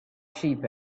sheep